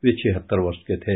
वे छिहत्तर वर्ष के थे